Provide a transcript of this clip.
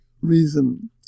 reason